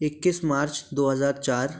इक्कीस मार्च दो हज़ार चार